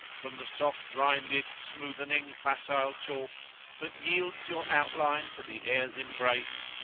from the soft-rinded smoothening facile chalk that yields your outline to the air's embrace,